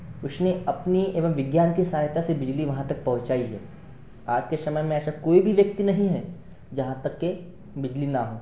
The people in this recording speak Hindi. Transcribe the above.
उसने अपनी एवम विज्ञान की सहायता से बिजली वहाँ तक पहुँचाई है आज के समय में ऐसा कोई भी व्यक्ति नहीं है जहाँ तक के बिजली ना हो